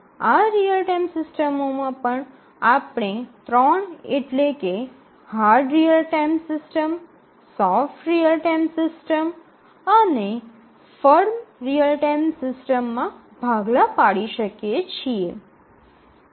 આ real time સિસ્ટમોમાં પણ આપણે ત્રણ એટલે કે hard real time system soft real time system અને ફર્મ રીઅલ ટાઇમ સિસ્ટમમાં ભાગલા પાડી શકીએ છીએ